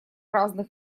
разных